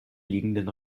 liegenden